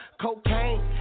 Cocaine